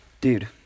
Dude